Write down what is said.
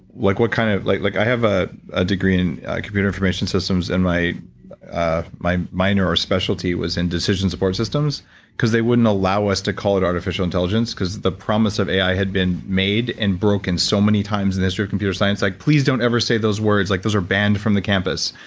like kind of like like i have a ah degree in computer information systems and my ah my minor or specialty was in decision support systems because they wouldn't allow us to call it artificial intelligence because the promise of ai had been made and broken so many times in history of computer science, like please don't ever say those words like those are banned from the campus.